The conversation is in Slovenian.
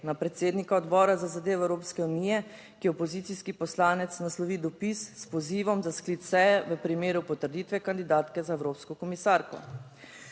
na predsednika Odbora za zadeve Evropske unije, ki je opozicijski poslanec, naslovi dopis s pozivom za sklic seje v primeru potrditve kandidatke za evropsko komisarko.